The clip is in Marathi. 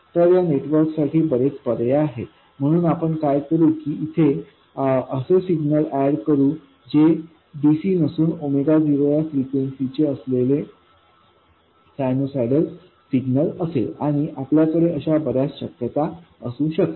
तर या नेटवर्कसाठी बरेच पर्याय आहेत म्हणूनच आपण काय करू की इथे असे सिग्नल ऍड करू की जे dc नसून 0 या फ्रिक्वेन्सी चे असलेले सायनुसायडल सिग्नल असेल आणि आपल्याकडे अशा बर्याच शक्यता असू शकतात